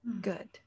Good